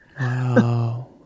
Wow